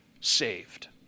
saved